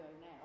now